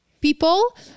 people